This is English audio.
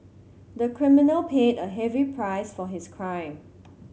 the criminal paid a heavy price for his crime